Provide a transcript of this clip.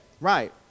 Right